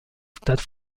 stade